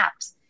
apps